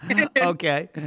Okay